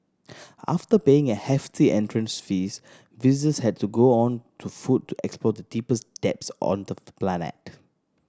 after paying a hefty entrance fees visitors had to go on to foot to explore the deepest depths on the planet